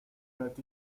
that